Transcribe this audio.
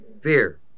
Fear